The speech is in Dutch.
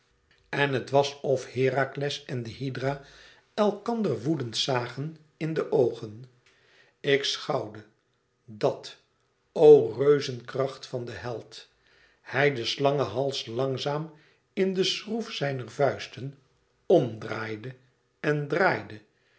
en het was of herakles en de hydra elkander woedend zagen in de oogen ik schouwde dat o reuzekracht van den held hij den slangehals langzaam in den schroef zijner vuisten m draaide en draaide